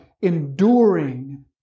enduring